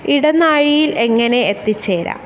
ഇടനാഴിയിൽ എങ്ങനെ എത്തിച്ചേരാം